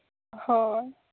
ᱦᱳᱭ